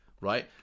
right